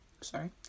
Sorry